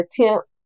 attempt